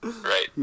right